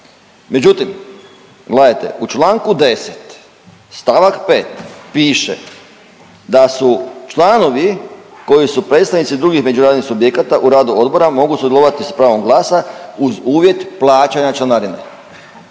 gledajte u članku 10. stavak 5. piše da su članovi koji su predstavnici drugih međunarodnih subjekata u radu odbora mogu sudjelovati sa pravom glasa uz uvjet plaćanja članarine.